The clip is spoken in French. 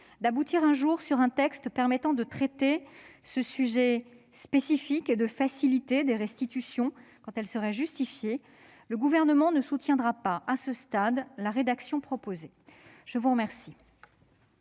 d'aboutir un jour à un texte permettant de régler ce sujet spécifique et de faciliter les restitutions quand elles sont justifiées, le Gouvernement ne soutiendra pas, à ce stade, la présente proposition de loi.